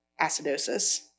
acidosis